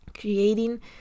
creating